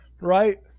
Right